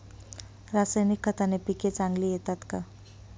रासायनिक खताने पिके चांगली येतात का?